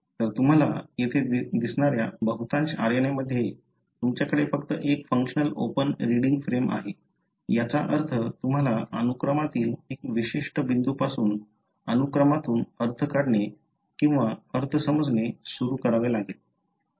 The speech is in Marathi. तर तुम्हाला येथे दिसणाऱ्या बहुतांश RNA मध्ये तुमच्याकडे फक्त एक फंक्शनल ओपन रीडिंग फ्रेम आहे याचा अर्थ तुम्हाला अनुक्रमातील एका विशिष्ट बिंदूपासून अनुक्रमातून अर्थ काढणे किंवा अर्थ समजणे सुरू करावे लागेल